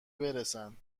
برسن